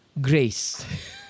Grace